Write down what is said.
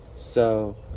so,